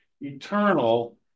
Eternal